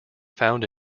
found